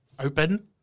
open